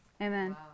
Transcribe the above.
Amen